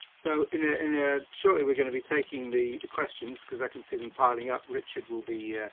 so in a, in a shortly we're going to be taking the, the questions cause i can see them piling up. richard will be, ah,